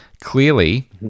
clearly